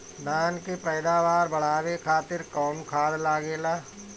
धान के पैदावार बढ़ावे खातिर कौन खाद लागेला?